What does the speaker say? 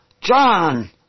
John